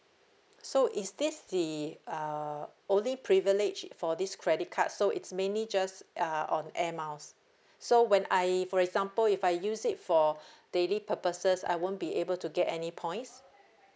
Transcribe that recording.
so is this the uh only privilege for this credit card so it's mainly just uh on air miles so when I for example if I use it for daily purposes I won't be able to get any points